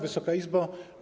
Wysoka Izbo!